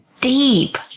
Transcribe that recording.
deep